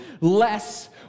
less